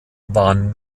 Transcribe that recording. waren